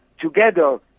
together